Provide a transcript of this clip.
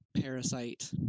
Parasite